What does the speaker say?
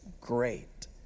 great